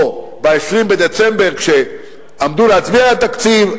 או ב-20 בדצמבר כשעמדו להצביע על התקציב,